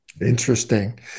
Interesting